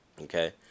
okay